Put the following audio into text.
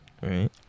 Right